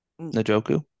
Najoku